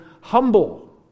Humble